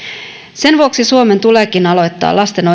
sen vuoksi suomen tuleekin aloittaa lasten